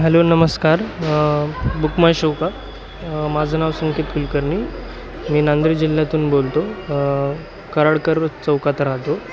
hello नमस्कार Book My Show का माझं नाव संकेत कुलकर्नी मी नांदेड जिल्ह्यातून बोलतो कराडकर चौकात राहतो